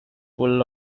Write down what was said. full